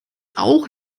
auch